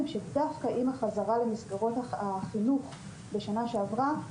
הם שדווקא עם החזרה למסגרות החינוך בשנה שעברה,